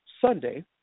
Sunday